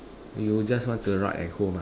you just want to rot at home ah